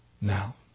Now